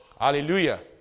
Hallelujah